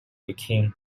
became